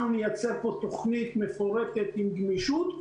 אנחנו נייצר פה תוכנית מפורטת עם גמישות,